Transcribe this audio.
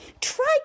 try